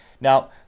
Now